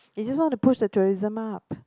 is just want to push the tourism up